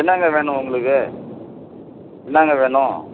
என்னங்க வேணும் உங்களுக்கு என்னங்க வேணும்